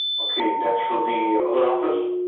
okay that's for the other office?